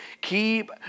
Keep